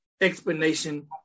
explanation